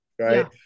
Right